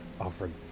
offered